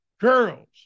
girls